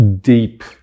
deep